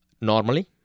normally